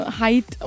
height